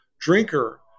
drinker